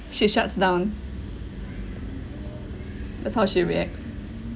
she shuts down that's how she reacts